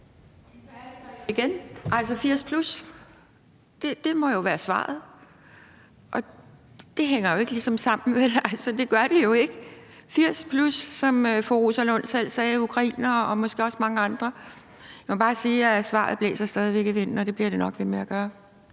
Så er den der igen, altså 80+ millioner. Det må jo være svaret. Og det hænger jo ikke ligesom sammen. Altså, det gør det jo ikke. 80+ millioner, som fru Rosa Lund selv sagde, ukrainere og måske også mange andre. Jeg må bare sige, at svaret stadig væk blæser i vinden, og det bliver det nok ved med at gøre.